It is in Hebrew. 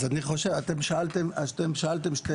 אתם שאלתם שתי שאלות.